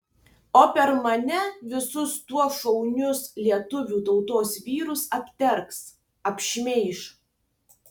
o per mane visus tuos šaunius lietuvių tautos vyrus apdergs apšmeiš